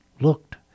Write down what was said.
looked